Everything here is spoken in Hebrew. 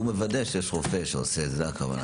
שהוא מוודא של רופא שעושה את זה; זוהי הכוונה.